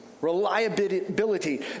reliability